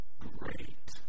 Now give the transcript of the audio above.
great